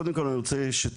קודם כל אני רוצה שתבינו,